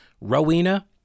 Rowena